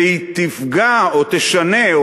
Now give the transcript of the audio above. והיא תפגע או תשנה,